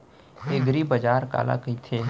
एगरीबाजार काला कहिथे?